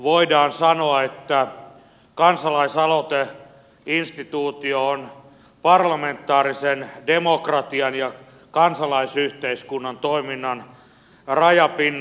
voidaan sanoa että kansalaisaloiteinstituutio on parlamentaarisen demokratian ja kansalaisyhteiskunnan toiminnan rajapinnassa